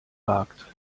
wagt